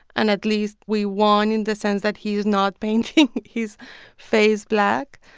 and at least we won in the sense that he is not painting his face black.